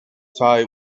tie